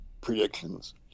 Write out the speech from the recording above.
predictions